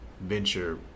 venture